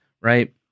right